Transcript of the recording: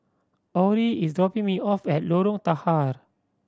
Orie is dropping me off at Lorong Tahar